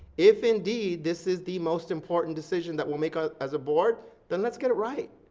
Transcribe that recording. if indeed, this is the most important decision that we'll make ah as a board, then let's get it right.